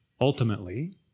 ultimately